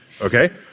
okay